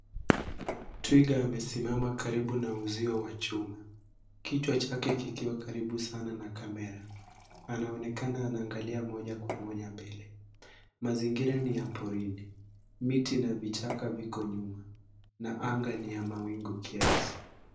Twiga amesimama karibu na uzio wa chuma, kichwa chake kikiwa karibu sana na kamera . Anaonekana anaangalia moja kwa moja mbele. Mazingira ni ya porini. Miti na vichaka viko nyuma na anga ni ya mawingu kiasi.